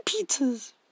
pizzas